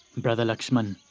brother laxman,